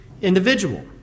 individual